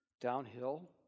downhill